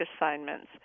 assignments